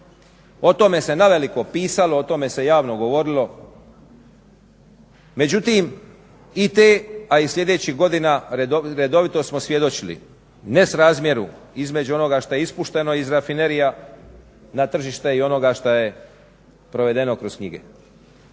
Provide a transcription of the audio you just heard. O tome se naveliko pisalo, o tome se javno govorilo. Međutim i te i sljedećih godina redovito smo svjedočili nerazmjeru između onoga što je ispušteno iz rafinerija na tržište i onoga što je provedeno kroz knjige.